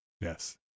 Yes